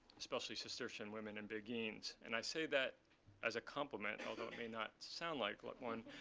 especially cistercian women and beguines. and i say that as a compliment, although it may not sound like like one,